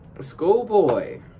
schoolboy